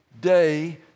day